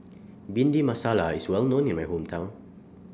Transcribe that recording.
Bhindi Masala IS Well known in My Hometown